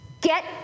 get